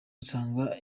nsanga